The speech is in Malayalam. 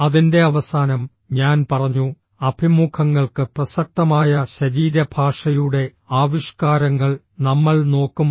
അതിന്റെ അവസാനം ഞാൻ പറഞ്ഞു അഭിമുഖങ്ങൾക്ക് പ്രസക്തമായ ശരീരഭാഷയുടെ ആവിഷ്കാരങ്ങൾ നമ്മൾ നോക്കും